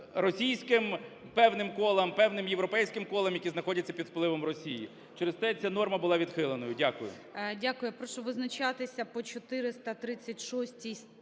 російським певним колам, певним європейським колам, які знаходяться під впливом Росії. Через те ця норма була відхилена. Дякую.